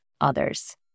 others